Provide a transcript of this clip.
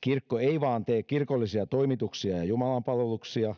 kirkko ei vain tee kirkollisia toimituksia ja jumalanpalveluksia